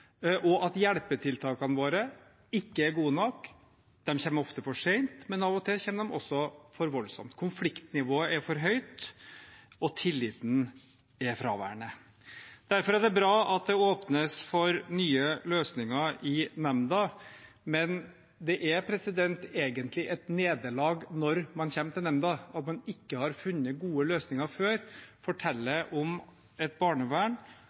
og at hjelpetiltakene våre ikke er gode nok. De kommer ofte for sent, men av og til kommer de også for voldsomt. Konfliktnivået er for høyt, og tilliten er fraværende. Derfor er det bra at det åpnes for nye løsninger i nemnda, men det er egentlig et nederlag når man kommer til nemnda. At man ikke har funnet gode løsninger før, forteller om et barnevern